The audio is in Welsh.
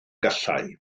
gallai